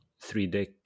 three-deck